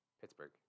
Pittsburgh